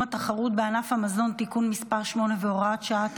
התחרות בענף המזון (תיקון מס' 8 והוראת שעה),